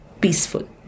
peaceful